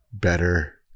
Better